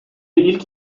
ilk